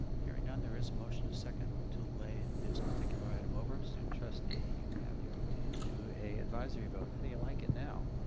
hearing none. there is a motion of second to lay this particular item over. student trustee you have the opportunity to do a advisory vote. how do you like it now?